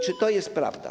Czy to jest prawda?